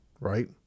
right